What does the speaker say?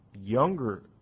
younger